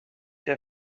der